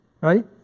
Right